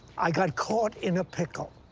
i got caught in a pickle.